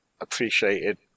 appreciated